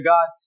God